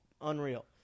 Unreal